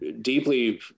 deeply